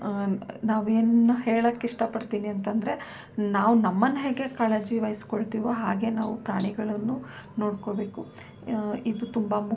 ನಾವೇನು ಹೇಳೋಕ್ ಇಷ್ಟಪಡ್ತೀನಿ ಅಂತಂದರೆ ನಾವು ನಮ್ಮನ್ನು ಹೇಗೆ ಕಾಳಜಿ ವಹಿಸ್ಕೊಳ್ತೀವೋ ಹಾಗೆ ನಾವು ಪ್ರಾಣಿಗಳನ್ನು ನೋಡ್ಕೊಬೇಕು ಇದು ತುಂಬ ಮುಖ್ಯ